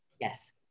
Yes